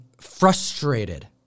frustrated